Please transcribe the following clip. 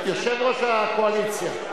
יושב-ראש הקואליציה,